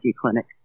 Clinic